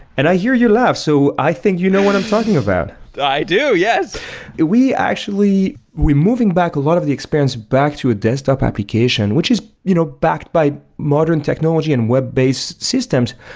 and i hear you laugh, so i think you know what i'm talking about i do. yes we actually we're moving back a lot of the experience back to a desktop application, which is you know backed by modern technology and web-based systems.